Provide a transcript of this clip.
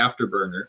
afterburner